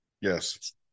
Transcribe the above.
yes